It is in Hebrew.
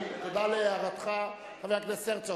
חבר הכנסת הרצוג,